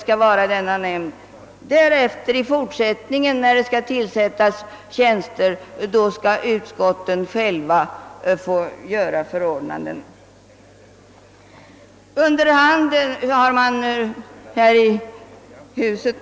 När tjänsterna i fortsättningen skall tillsättas får utskotten själva fatta beslut därom.